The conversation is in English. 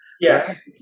yes